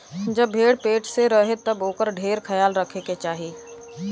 जब भेड़ पेट से रहे तब ओकर ढेर ख्याल रखे के चाही